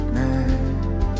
night